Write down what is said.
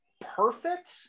perfect